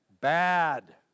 bad